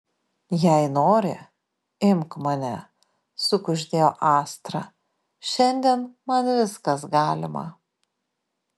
jei nori imk mane sukuždėjo astra šiandien man viskas galima